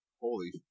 Holy